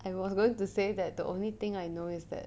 and was going to say that the only thing I know is that